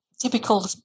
typical